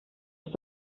ist